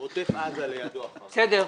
מעוטף עזה לידו אחר כך, בבקשה.